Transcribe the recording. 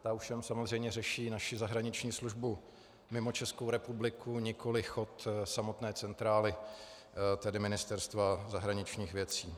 Ta ovšem samozřejmě řeší naší zahraniční službu mimo Českou republiku, nikoliv chod samotné centrály, tedy Ministerstva zahraničních věcí.